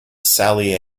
sally